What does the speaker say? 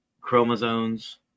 chromosomes